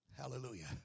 Hallelujah